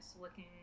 looking